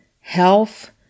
health